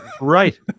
Right